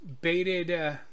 Baited